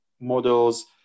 models